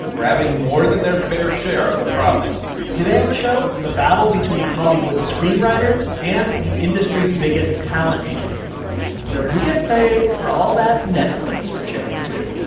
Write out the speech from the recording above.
grabbing more than their fair share of the profits today on the show the battle between hollywood screenwriters and the industry's biggest talent agencies over who gets paid for all that netflix we're chilling to